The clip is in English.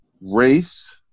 race